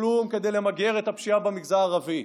כלום כדי למגר את הפשיעה במגזר הערבי,